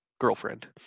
girlfriend